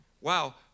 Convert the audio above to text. Wow